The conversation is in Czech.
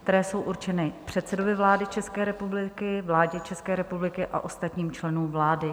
které jsou určeny předsedovi vlády České republiky, vládě České republiky a ostatním členům vlády.